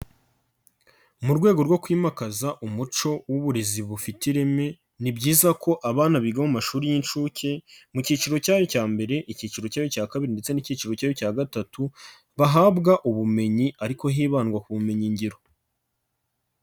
Mu rwego rwo kwimakaza umuco w'uburezi bufite ireme, ni byiza ko abana biga bo mu mashuri y'inshuke, mu cyiciro cyayo cya mbere, icyiciro cyayo cya kabiri ndetse n'icyiro cyayo gatatu bahabwa ubumenyi ariko hibandwa ku bumenyi ngiro.